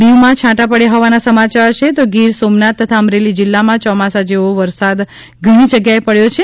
દિવમાં છાંટા પડ્યા હોવાના સમાચાર છે તો ગીર સોમનાથ તથા અમરેલી જિલ્લામાં ચોમાસા જેવો વરસાદ ઘણી જગ્યાએ પડ્યો છે